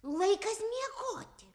laikas miegoti